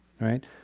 right